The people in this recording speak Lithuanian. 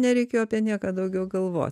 nereikėjo apie nieką daugiau galvot